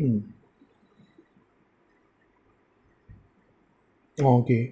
mm oh okay